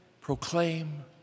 proclaim